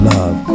Love